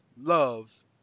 love